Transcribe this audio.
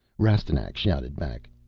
rastignac shouted back,